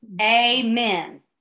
Amen